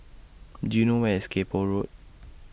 Do YOU know Where IS Kay Poh Road